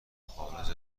خارج